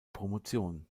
promotion